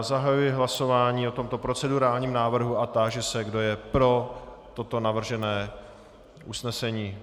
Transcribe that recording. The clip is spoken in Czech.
Zahajuji hlasování o tomto procedurálním návrhu a táži se, kdo je pro toto navržené usnesení.